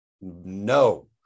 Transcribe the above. No